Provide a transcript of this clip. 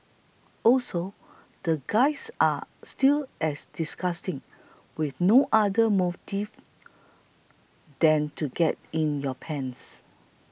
also the guys are still as disgusting with no other motives than to get in your pants